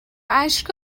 اشک